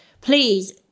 please